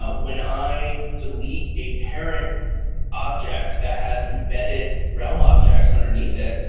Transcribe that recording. ah when i delete a parent object that has embedded realm objects underneath it,